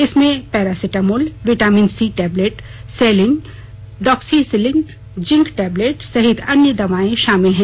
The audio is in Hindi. इसमें paracetamol vitamin C tablet Celin doxycycline zinc tablet सहित अन्य दवाएं शामिल हैं